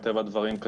מטבע הדברים,